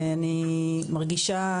ואני מרגישה,